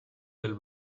del